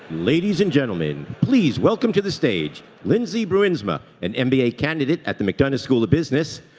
ladies and gentlemen, please welcome to the stage lindsay bruinsma, an mba candidate at the mcdonough school of business,